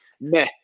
meh